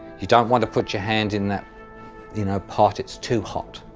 you don't want to put your hands in that you know pot, it's too hot.